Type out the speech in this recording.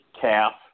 calf